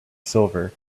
silver